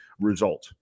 result